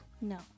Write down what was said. No